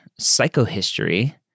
psychohistory